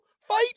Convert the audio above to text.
fight